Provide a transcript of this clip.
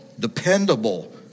Dependable